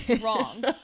wrong